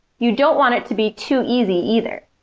you don't want it to be too easy, either!